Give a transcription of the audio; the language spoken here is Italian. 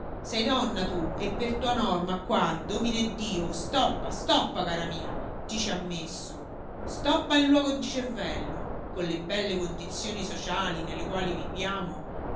sei donna tu e per tua norma qua domineddio stoppa stoppa cara mia ti ci ha messo stoppa in luogo di cervello con le belle condizioni sociali nelle quali viviamo